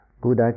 good